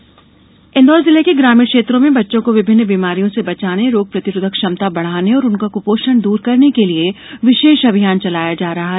विशेष अभियान इंदौर जिले के ग्रामीण क्षेत्रों में बच्चों को विभिन्न बीमारियों से बचाने रोग प्रतिरोधक क्षमता बढ़ाने और उनका कुपोषण दूर करने के लिए विशेष अभियान चलाया जा रहा है